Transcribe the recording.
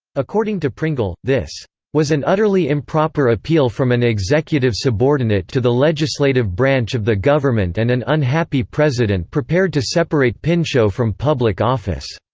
according to pringle, this was an utterly improper appeal from an executive subordinate to the legislative branch of the government and an unhappy president prepared to separate pinchot from public office.